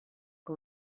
que